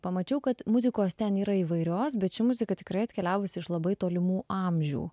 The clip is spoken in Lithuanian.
pamačiau kad muzikos ten yra įvairios bet ši muzika tikrai atkeliavusi iš labai tolimų amžių